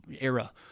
era